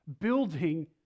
building